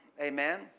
Amen